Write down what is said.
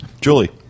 Julie